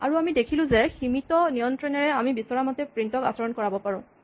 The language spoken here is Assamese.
আৰু আমি দেখিলোঁ যে সীমিত নিয়ন্ত্ৰণেৰে আমি বিচৰা মতে প্ৰিন্ট ক আচৰণ কৰাব পাৰোঁ